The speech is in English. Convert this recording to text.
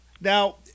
Now